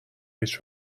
هیچ